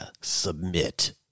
submit